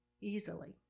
easily